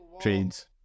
trades